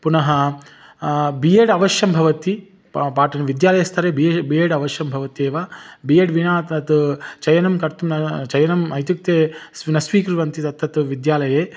पुनः B Ed अवश्यं भवति पा पाठनं विद्यालयस्तरे बिहे बि एड् अवश्यं भवत्येव बि एड् विना तत् चयनं कर्तुं न चयनम् इत्युक्ते स्वि न स्वीकुर्वन्ति तत्तद्विद्यालये